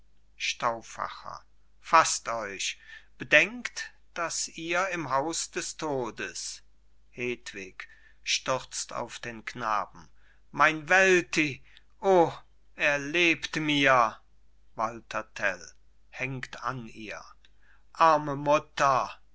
fasst euch bedenkt dass ihr im haus des todes hedwig stürzt auf den knaben mein wälti o er lebt mir walther tell hängt an ihr arme mutter